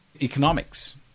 economics